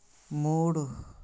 మూడు